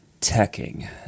teching